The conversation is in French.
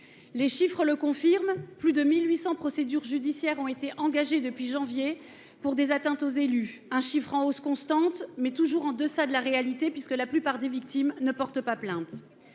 Les chiffres le confirment : plus de 1 800 procédures judiciaires ont été engagées depuis janvier dernier pour des atteintes aux élus. Un chiffre en hausse constante, mais toujours en deçà de la réalité puisque la plupart des victimes ne portent pas plainte.